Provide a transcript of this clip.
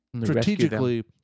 strategically